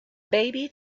baby